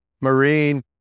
marine